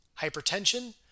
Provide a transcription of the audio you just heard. Hypertension